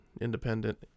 independent